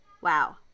Wow